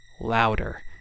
Louder